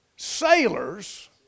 Sailors